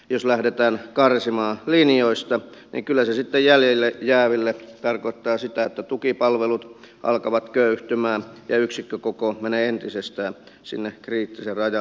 jos lähdetään karsimaan linjoista niin kyllä se sitten jäljelle jääville tarkoittaa sitä että tukipalvelut alkavat köyhtymään ja yksikkökoko menee entisestään sinne kriittiselle rajalle